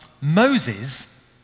Moses